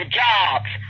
jobs